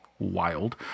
wild